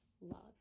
love